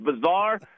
bizarre